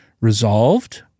resolved